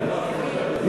(קוראת בשמות חברי הכנסת) פנינה תמנו-שטה,